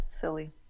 silly